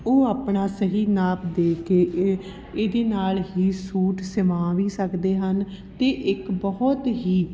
ਉਹ ਆਪਣਾ ਸਹੀ ਨਾਪ ਦੇ ਕੇ ਇਹ ਇਹਦੇ ਨਾਲ ਹੀ ਸੂਟ ਸਵਾ ਵੀ ਸਕਦੇ ਹਨ ਅਤੇ ਇੱਕ ਬਹੁਤ ਹੀ